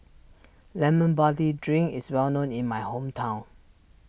Lemon Barley Drink is well known in my hometown